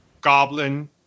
goblin